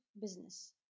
business